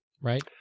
Right